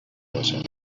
باشد